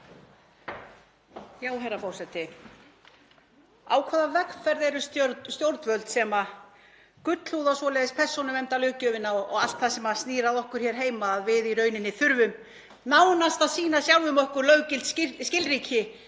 Herra forseti. Á hvaða vegferð eru stjórnvöld sem gullhúða svoleiðis persónuverndarlöggjöfina og allt það sem snýr að okkur hér heima að við í rauninni þurfum nánast að sýna sjálfum okkur löggilt skilríki